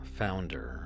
founder